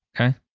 Okay